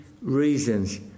reasons